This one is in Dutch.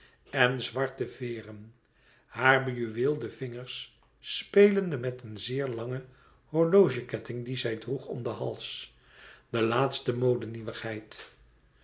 en zwarte veeren hare bejuweelde vingers spelende met een zeer langen horlogeketting dien zij droeg om den hals de laatste